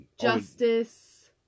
Justice